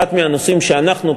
אחד מהנושאים שאנחנו,